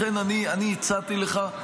לכן אני הצעתי לך,